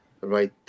right